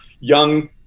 young